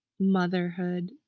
motherhood